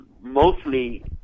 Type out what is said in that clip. mostly